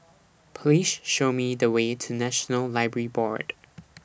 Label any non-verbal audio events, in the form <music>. <noise> Please Show Me The Way to National Library Board